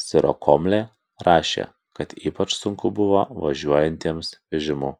sirokomlė rašė kad ypač sunku buvo važiuojantiems vežimu